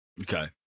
Okay